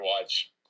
watch